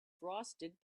frosted